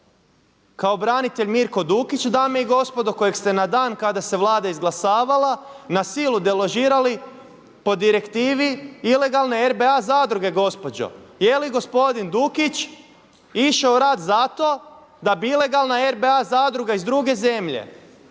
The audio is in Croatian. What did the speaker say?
kao branitelj Mirko Dukić dame i gospodo, kojeg ste na dan kada se Vlada izglasavala na silu deložirali po direktive ilegalne RBA zadruge gospođo. Jeli gospodin Dukić išao u rat zato da bi ilegalna RBA Zadruga iz druge zemlje